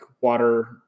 water